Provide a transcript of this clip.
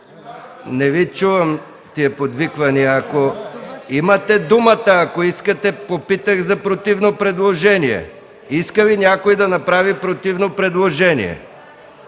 Не чувам тези подвиквания. Имате думата. Попитах за противно предложение. Иска ли някой да направи противно предложение?